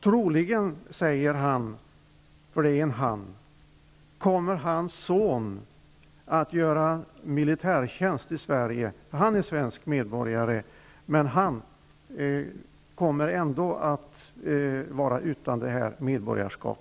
Troligvis kommer hans son -- som han säger -- att göra militärtjänst i Sverige, eftersom sonen är svensk medborgare. Fadern kommer ändå att vara utan detta medborgarskap.